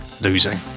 losing